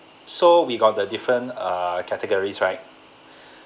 so we got the different uh categories right